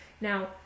Now